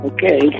Okay